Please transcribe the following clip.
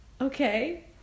Okay